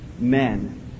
men